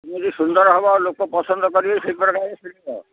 ଏମତି ସୁନ୍ଦର ହେବ ଲୋକ ପସନ୍ଦ କରିବେ ସେଇ ପ୍ରକାର ସିଲେଇବ